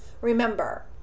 Remember